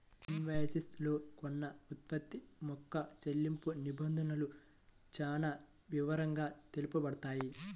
invoice లో కొన్న ఉత్పత్తి యొక్క చెల్లింపు నిబంధనలు చానా వివరంగా తెలుపబడతాయి